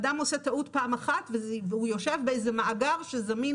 אדם עושה טעות פעם אחת והוא יושב באיזה מאגר שזמין